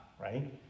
right